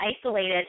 isolated